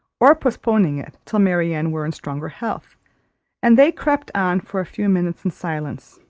or postponing it till marianne were in stronger health and they crept on for a few minutes in silence.